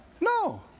No